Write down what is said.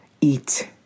eat